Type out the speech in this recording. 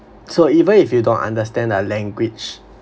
so even if you don't understand the language